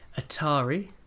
Atari